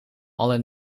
alle